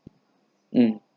mm